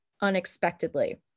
unexpectedly